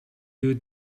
you